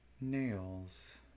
Nails